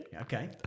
Okay